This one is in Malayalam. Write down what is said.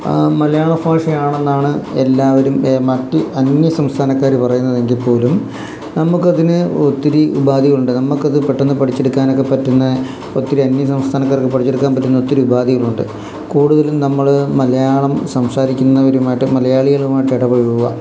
മലയാള ഭാഷയാണെന്നാണ് എല്ലാവരും മറ്റ് അന്യസംസ്ഥാനക്കാർ പറയുന്നതെങ്കിൽ പോലും നമുക്ക് അതിന് ഒത്തിരി ഉപാധികളുണ്ട് നമുക്ക് അത് പെട്ടെന്ന് പഠിച്ചെടുക്കാനൊക്കെ പറ്റുന്ന ഒത്തിരി അന്യസംസ്ഥാനക്കാർക്ക് പഠിച്ചെടുക്കാൻ പറ്റുന്ന ഒത്തിരി ഉപാധികളുണ്ട് കൂടുതലും നമ്മൾ മലയാളം സംസാരിക്കുന്നവരുമായിട്ട് മലയാളികളുമായിട്ട് ഇടപഴകുക